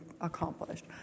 accomplished